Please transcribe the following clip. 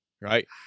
Right